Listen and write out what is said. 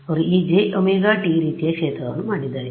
ಅವರು ejωt ರೀತಿಯ ಕ್ಷೇತ್ರವನ್ನು ಮಾಡಿದ್ದಾರೆ